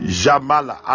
jamala